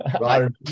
Right